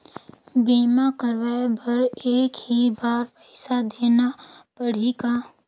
बीमा कराय बर एक ही बार पईसा देना पड़ही का?